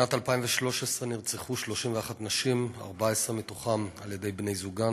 בשנת 2013 נרצחו 31 נשים, 14 מהן בידי בני-זוגן